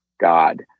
God